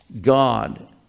God